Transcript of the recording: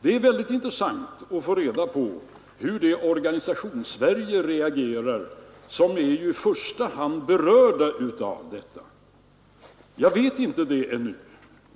Det är mycket intressant att få reda på hur det Organisationssverige reagerar som i första hand är berört av problemet. Jag vet ännu inte